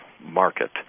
market